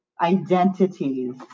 identities